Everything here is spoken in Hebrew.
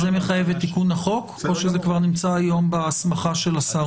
זה מחייב את תיקון החוק או שזה כבר נמצא היום בהסמכה של השר?